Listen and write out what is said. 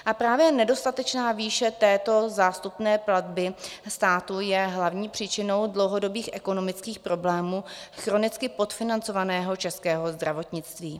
A právě nedostatečná výše této zástupné platby státu je hlavní příčinou dlouhodobých ekonomických problémů chronicky podfinancovaného českého zdravotnictví.